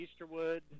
Easterwood